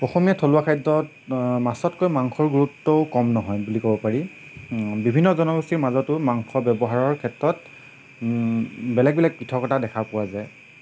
অসমীয়া থলুৱা খাদ্যত মাছতকৈ মাংসৰ গুৰুত্বও কম নহয় বুলি ক'ব পাৰি বিভিন্ন জনগোষ্ঠীৰ মাজতো মাংস ব্যৱহাৰ ক্ষেত্ৰত বেলেগ বেলেগ পৃথকতা দেখা পোৱা যায়